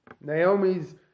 Naomi's